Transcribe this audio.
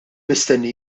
mistenni